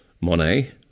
Monet